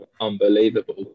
unbelievable